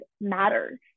matters